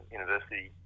university